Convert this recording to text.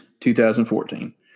2014